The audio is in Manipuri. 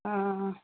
ꯑꯥ